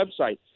website